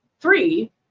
three